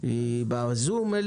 היא בזום?